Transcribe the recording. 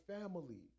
family